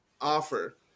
offer